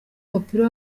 w’umupira